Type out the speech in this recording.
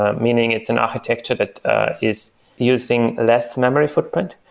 ah meaning it's an architecture that is using less memory footprint,